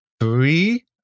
three